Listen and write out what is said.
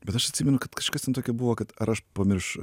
bet aš atsimenu kad kažkas ten tokio buvo kad ar aš pamirš